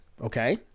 okay